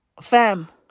fam